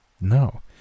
No